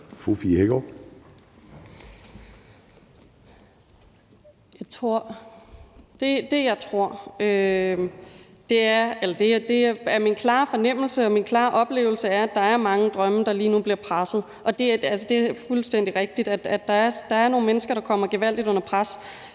og min klare oplevelse er, at der er mange drømme, der lige nu bliver presset, og det er fuldstændig rigtigt, at der er nogle mennesker, der kommer gevaldigt under pres.